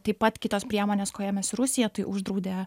taip pat kitos priemonės ko ėmėsi rusija tai uždraudė